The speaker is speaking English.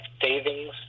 savings